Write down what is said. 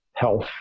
Health